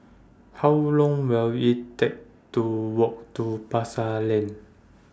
How Long Will IT Take to Walk to Pasar Lane